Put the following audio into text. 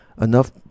enough